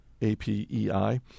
APEI